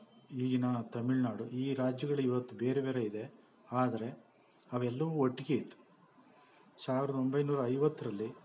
ಈಗಿನ ತಮಿಳುನಾಡು ಈ ರಾಜ್ಯಗಳು ಇವತ್ತು ಬೇರೆ ಬೇರೆ ಇದೆ ಆದರೆ ಅವೆಲ್ಲವೂ ಒಟ್ಟಗೆಯಿತ್ತು ಸಾವ್ರ್ದ ಒಂಬೈನೂರ ಐವತ್ತರಲ್ಲಿ